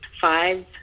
five